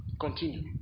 Continue